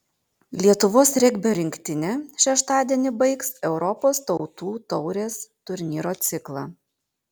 lietuvos regbio rinktinė šeštadienį baigs europos tautų taurės turnyro ciklą